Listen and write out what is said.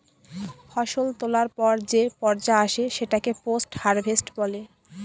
ফসল তোলার পর যে পর্যা আসে সেটাকে পোস্ট হারভেস্ট বলে